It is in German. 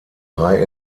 drei